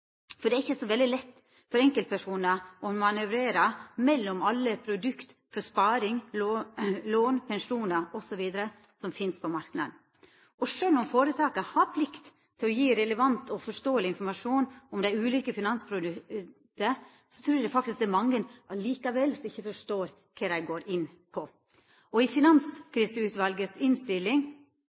forbrukarinformasjon. Det er ikkje så veldig lett for enkeltpersonar å manøvrera rett mellom alle produkt for sparing, lån, pensjonar osv. som finst på marknaden. Og sjølv om føretaka har plikt til å gje relevant og forståeleg informasjon om dei ulike finansprodukta, trur eg faktisk det er mange som likevel ikkje forstår kva dei går inn på. I Finankriseutvalets innstilling